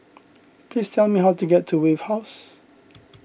please tell me how to get to Wave House